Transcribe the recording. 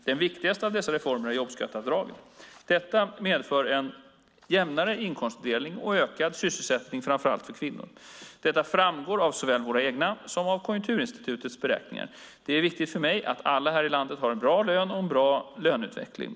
Den viktigaste av dessa reformer är jobbskatteavdraget. Detta medför en jämnare inkomstfördelning och ökad sysselsättning, framför allt för kvinnor. Det framgår av såväl våra egna som Konjunkturinstitutets beräkningar. Det är viktigt för mig att alla här i landet har en bra lön och en god löneutveckling.